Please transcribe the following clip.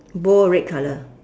bowl red colour